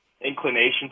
inclination